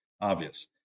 obvious